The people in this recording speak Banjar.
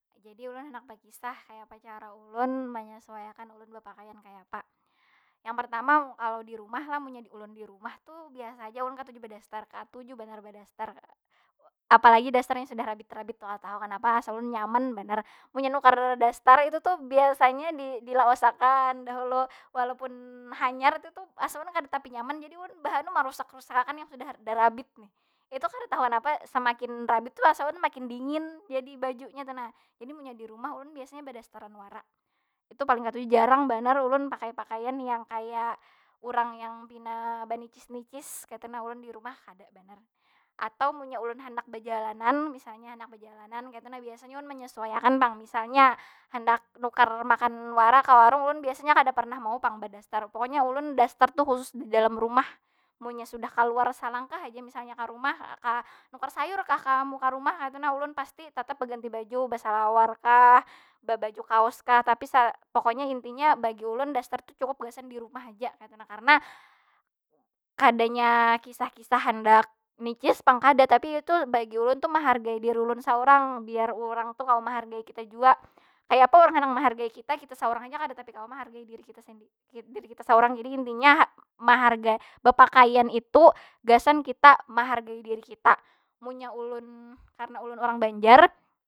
Jadi ulun handak bakisah kayapa cara ulun menyesuaiakan ulun bapakaian kaya apa. Yang pertama kalau, munnya di rumah lah. Ulun di rumah tu biasa aja, ulun katuju badaster, katuju banar badaster. Apalagi daster yang sudah rabit- rabit tu. Katahu kanapa asa ulun nyaman banar. Munnya nukar daster itu tu biasanya di- dilawas akan dahulu. Walaupun hanyar itu tu asa ulun kada tapi nyaman. Jadi ulun bahanu marusak- rusak akan yang sudah ada rabit nih. Itu kada tahu kenapa, semakin rabit tu asa ulun semakin dingin jadi bajunya tu nah. Jadi munnya di rumah ulun biasanya badasteran wara. Itu paling katuju, jarang banar ulun pakai pakaian yang kaya urang yang pina banicis- nicis kaytu nah, ulun di rumah. Kada banar. Atau munnya ulun handak bajalanan, misalnya handak bajalanan kaytu nah biasanya ulun manyasuaikan pang. Misalnya handak nukar makan wara ka warung. Ulun biasanya kada pernah mau pang badaster, pokonya ulun daster tu khusus di dalam rumah. Munnya sudah kaluar salangkah aja, misalnya ka rumah, ka nukar sayur kah, ka muka rumah kaytu na. Ulun pasti tatap beganti baju, basalawar kah, babaju kaos kah. Tapi pokoknya intinya bagi ulun daster tu cukup gasan di rumah haja, kaytu nah. Karena, kadanya kisah- kisah handak nicis pang, kada. Tapi itu bagi ulun tu mahargai diri ulun saurang. Biar urang tu kawa mahargai kita jua. Kaya apaurang handak mahargai kita, kita saurang aja kada tapi kawa mahargai diri kita diri kita saurang. Jadi intinya, bapakaian itu gasan kita mahargai diri kita. Munnya ulun, karena ulun urang banjar.